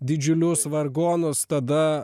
didžiulius vargonus tada